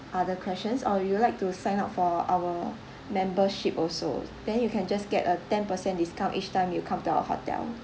other questions or you would like to sign up for our membership also then you can just get a ten percent discount each time you come to our hotel